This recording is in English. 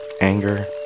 anger